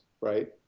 right